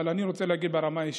אבל אני רוצה להגיד ברמה האישית.